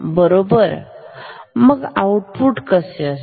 बरोबर आणि मग आउटपुट कसे असेल